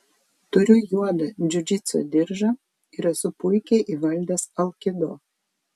turiu juodą džiudžitso diržą ir esu puikiai įvaldęs alkido